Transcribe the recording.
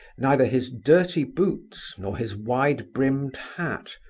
neither his dirty boots, nor his wide-brimmed hat,